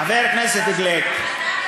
חבר הכנסת גליק,